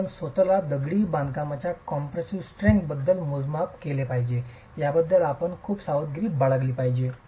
आपण स्वत ला दगडी बांधकामाच्या कॉम्प्रेसीव स्ट्रेंग्थ मोजमाप केले पाहिजे याबद्दल आपण खूप सावधगिरी बाळगली पाहिजे